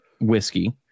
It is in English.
whiskey